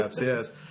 yes